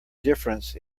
difference